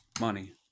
money